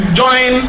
join